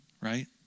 Right